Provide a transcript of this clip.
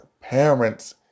parents